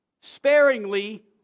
sparingly